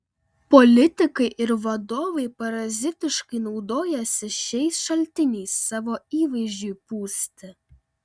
politikai ir vadovai parazitiškai naudojasi šiais šaltiniais savo įvaizdžiui pūsti